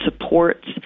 supports